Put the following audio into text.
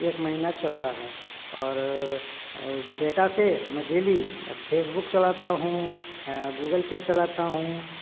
एक महीना चलता है और डाटा से मैं डेली फेसबुक चलाता हूँ गूगल पे चलाता हूँ